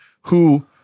who-